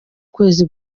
kwezi